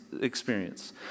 experience